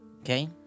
Okay